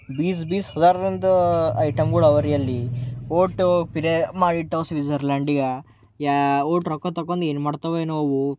ಬೀಸ್ ಬೀಸ್ ಹಝಾರಿಂದೂ ಐಟಮ್ಗಳು ಇವೆರೀ ಅಲ್ಲಿ ಅಷ್ಟು ಪ್ರೇಮ ಮಾಡಿಟ್ಟಾವೆ ಸ್ವಿಝರ್ಲ್ಯಾಂಡಿಗೆ ಅಷ್ಟು ರೊಕ್ಕ ತೊಗೊಂಡು ಏನು ಮಾಡ್ತಾವೋ ಏನೊ ಅವು